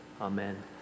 amen